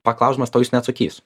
paklausiamas tau jis neatsakys